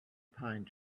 pine